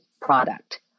product